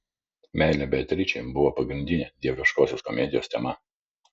meilė beatričei buvo pagrindinė dieviškosios komedijos tema